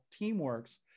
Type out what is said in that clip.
Teamworks